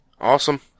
Awesome